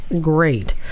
great